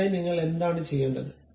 അതിനായി നിങ്ങൾ എന്താണ് ചെയ്യേണ്ടത്